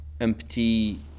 empty